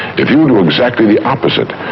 if you do exactly the opposite,